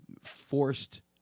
Forced